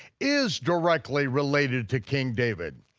is directly related to king david.